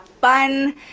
fun